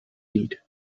neat